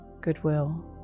goodwill